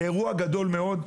זה אירוע גדול מאוד.